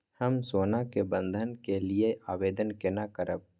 हम सोना के बंधन के लियै आवेदन केना करब?